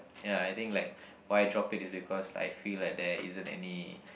ya I think like why drop it is because I feel like there isn't any